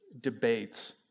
debates